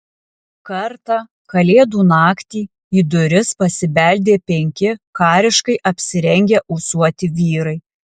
kartą kalėdų naktį į duris pasibeldė penki kariškai apsirengę ūsuoti vyrai